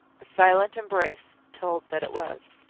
silent embrace told that it was.